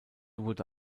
wurde